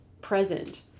present